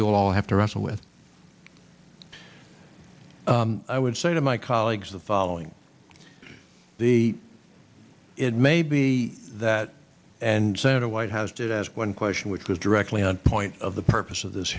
you all have to wrestle with i would say to my colleagues the following the it may be that and senator whitehouse did ask one question which was directly on point of the purpose of this